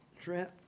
trent